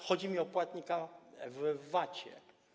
Chodzi mi o płatnika w VAT-cie.